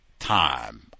time